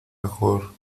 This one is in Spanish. mejor